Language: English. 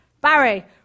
Barry